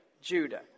Judah